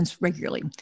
regularly